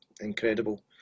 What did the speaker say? incredible